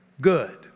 good